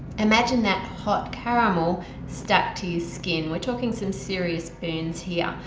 imagine that hot caramel stuck to your skin we're talking some serious burns here!